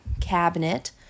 cabinet